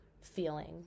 feeling